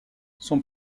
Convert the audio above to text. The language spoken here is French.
son